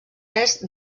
est